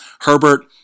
Herbert